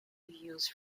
used